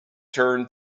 turned